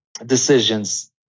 decisions